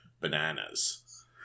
bananas